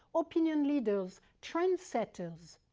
opinion leaders, trend setters.